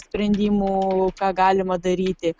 sprendimų ką galima daryti